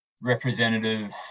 representative